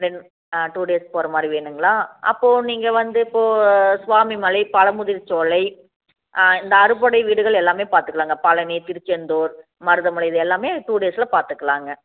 ஆ two days போகிற மாதிரி வேணுங்களா அப்போது நீங்கள் வந்து இப்போது சுவாமிமலை பழமுதிர்சோலை இந்த அறுபடை வீடுகள் எல்லாமே பார்த்துகுளாங்க பழனி திருச்செந்தூர் மருதமலை இது எல்லாமே டூ டேசில் பார்த்துக்குளாங்க